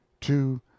two